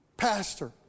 Pastor